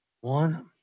One